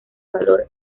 valor